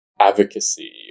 advocacy